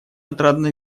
отрадно